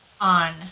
on